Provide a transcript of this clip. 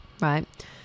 Right